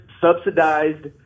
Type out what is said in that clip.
subsidized